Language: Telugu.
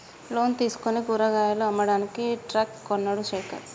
లోన్ తీసుకుని కూరగాయలు అమ్మడానికి ట్రక్ కొన్నడు శేఖర్